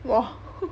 !wah!